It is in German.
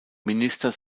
minister